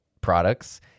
products